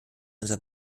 unser